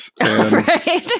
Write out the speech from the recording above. Right